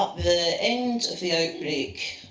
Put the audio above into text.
the end of the outbreak,